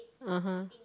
(uh huh)